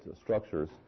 structures